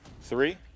three